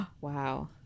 wow